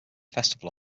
festival